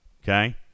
Okay